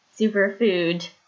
superfood